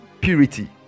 purity